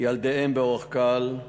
וילדיהם באורח קל,